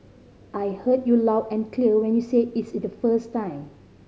I heard you loud and clear when you said it the first time